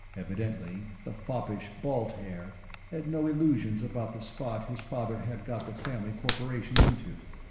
evidently, the foppish balt haer had no illusions about the spot his father had got the family corporation into.